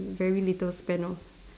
very little span of